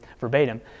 verbatim